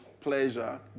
pleasure